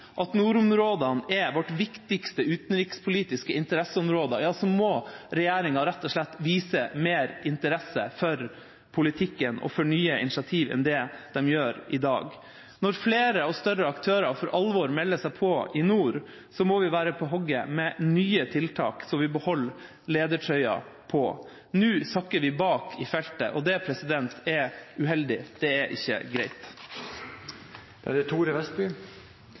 at nordområdene er vårt viktigste utenrikspolitiske interesseområde, må regjeringa rett og slett vise mer interesse for politikken og for nye initiativ enn det den gjør i dag. Når flere og større aktører for alvor melder seg på i nord, må vi være på hugget med nye tiltak, slik at vi beholder ledertrøya på. Nå sakker vi akterut i feltet. Det er uheldig – det er ikke greit. Bistand er